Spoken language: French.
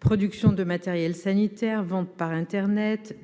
Production de matériels sanitaires, vente par internet,,,